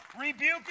rebuke